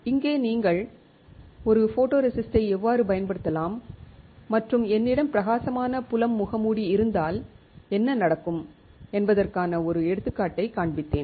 இங்கே நீங்கள் ஒரு ஃபோட்டோரெசிஸ்ட்டை எவ்வாறு பயன்படுத்தலாம் மற்றும் என்னிடம் பிரகாசமான புலம் முகமூடி இருந்தால் என்ன நடக்கும் என்பதற்கான ஒரு எடுத்துக்காட்டைக் காண்பித்தேன்